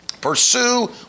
pursue